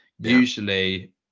usually